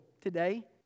today